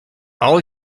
all